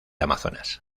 amazonas